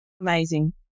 Amazing